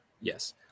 yes